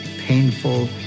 painful